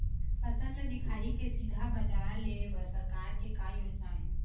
फसल ला दिखाही से सीधा बजार लेय बर सरकार के का योजना आहे?